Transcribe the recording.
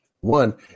one